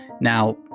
Now